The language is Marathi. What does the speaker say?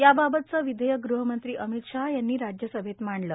या बाबतचं विधेयक गृहमंत्री अमित शाह यांनी राज्यसभेत मांडलं